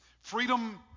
Freedom